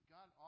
God